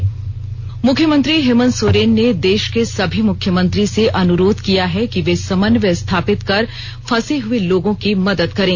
मुख्यमंत्री मुख्यमंत्री हेमंत सोरेन ने देष के सभी मुख्यमंत्री से अनुरोध किया है कि वे समन्वय स्थापित कर फंसे हुए लोगों की मदद करें